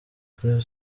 kuri